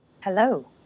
Hello